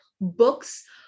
books